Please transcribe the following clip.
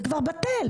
זה כבר בטל,